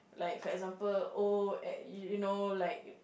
like for example oh eh you know like